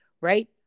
right